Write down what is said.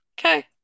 Okay